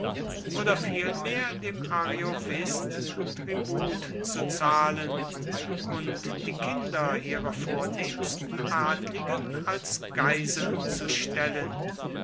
oder vielmehr dem ariovist tribut zu zahlen und die kinder ihrer vornehmsten adligen als geiseln zu stellen